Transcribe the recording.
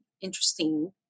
interesting